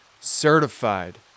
certified